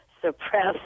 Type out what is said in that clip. suppress